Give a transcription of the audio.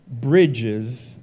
bridges